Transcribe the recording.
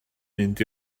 mynd